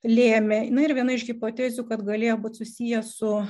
lėmė na ir viena iš hipotezių kad galėjo būti susiję su